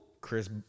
Chris